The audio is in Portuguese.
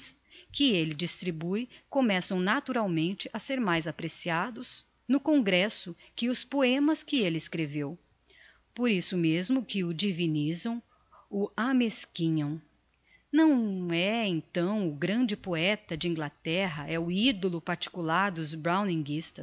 que elle distribue começam naturalmente a ser mais apreciados no congresso que os poemas que elle escreveu por isso mesmo que o divinisam o amesquinham não é então o grande poeta de inglaterra é o idolo particular